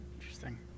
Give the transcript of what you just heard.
Interesting